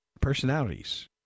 personalities